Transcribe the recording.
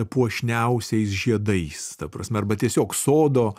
puošniausiais žiedais ta prasme arba tiesiog sodo